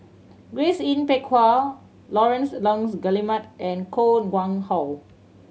Grace Yin Peck Ha Laurence Nunns Guillemard and Koh Nguang How